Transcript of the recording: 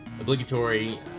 obligatory